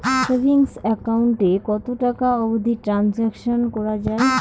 Savings account এ কতো টাকা অবধি ট্রানসাকশান করা য়ায়?